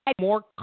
more